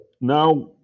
now